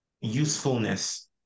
usefulness